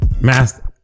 Master